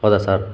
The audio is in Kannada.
ಹೌದಾ ಸಾರ್